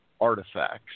artifacts